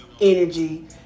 energy